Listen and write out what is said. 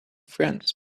friends